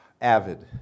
avid